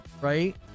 right